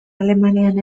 alemanian